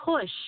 push